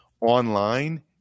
online